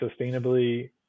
sustainably